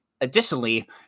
additionally